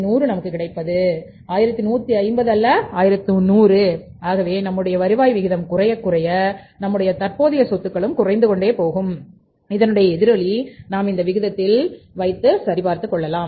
நமக்கு கிடைப்பது 1150 அல்ல 1100 ஆகவே நம்முடைய வருவாய் விகிதம் குறையக் குறைய நம்முடைய தற்போதைய சொத்துக்களும் குறைந்து கொண்டே போகும் அதனுடைய எதிரொலி நாம் இந்த விகிதத்தில் வைத்து சரி பார்த்துக் கொள்ளலாம்